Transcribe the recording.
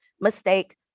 mistake